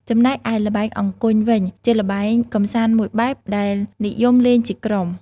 ចំណែកឯល្បែងអង្គញ់វិញ ជាល្បែងកម្សាន្តមួយបែបដែលនិយមលេងជាក្រុម។